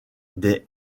des